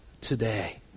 today